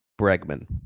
bregman